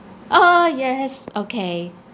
oh yes okay